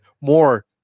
more